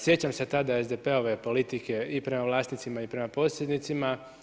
Sjećam se tada SDP-ove politike i prema vlasnicima i prema posjednicima.